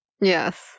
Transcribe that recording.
yes